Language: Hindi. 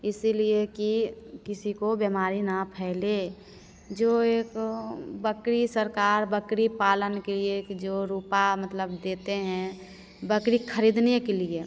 इसीलिए कि किसी को बीमारी न फैले जो एक बकरी सरकार बकरी पालन के लिए एक जो रूपा मतलब देते हैं बकरी खरीदने के लिए